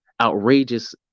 outrageous